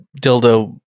dildo